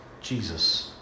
Jesus